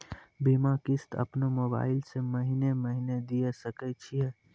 बीमा किस्त अपनो मोबाइल से महीने महीने दिए सकय छियै?